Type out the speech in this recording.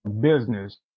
business